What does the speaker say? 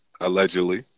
Allegedly